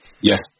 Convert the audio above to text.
Yes